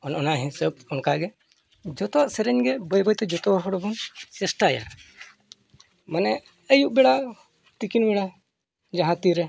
ᱚᱱᱮ ᱚᱱᱟ ᱦᱤᱥᱟᱹᱵ ᱚᱱᱠᱟᱜᱮ ᱡᱚᱛᱚᱣᱟᱜ ᱥᱮᱨᱮᱧ ᱜᱮ ᱵᱟᱹᱭ ᱵᱟᱹᱭᱛᱮ ᱡᱚᱛᱚ ᱦᱚᱲ ᱵᱚᱱ ᱪᱮᱥᱴᱟᱭᱟ ᱢᱟᱱᱮ ᱟᱹᱭᱩᱵ ᱵᱮᱲᱟ ᱛᱤᱠᱤᱱ ᱵᱮᱲᱟ ᱡᱟᱦᱟᱸ ᱛᱤ ᱨᱮ